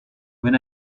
when